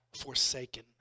forsaken